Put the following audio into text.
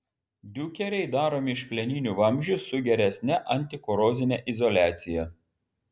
diukeriai daromi iš plieninių vamzdžių su geresne antikorozine izoliacija